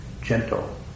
gentle